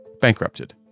bankrupted